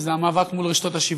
וזה המאבק מול רשתות השיווק.